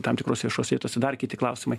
tam tikrose viešose vietose dar kiti klausimai